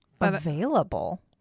available